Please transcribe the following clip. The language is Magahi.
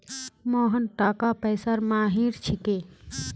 मोहन टाका पैसार माहिर छिके